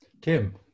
Tim